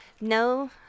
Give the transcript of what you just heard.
no